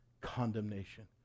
condemnation